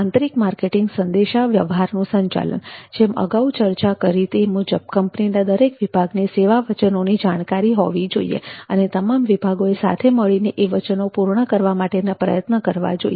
આંતરિક માર્કેટિંગ સંદેશા વ્યવહારનું સંચાલન જેમ અગાઉ ચર્ચા કરી તે મુજબ કંપનીના દરેક વિભાગને સેવા વચનોની જાણકારી હોવી જોઈએ અને તમામ વિભાગોએ સાથે મળીને એ વચનો પૂર્ણ કરવા માટેના પ્રયત્નો કરવા જોઈએ